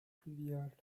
fluvial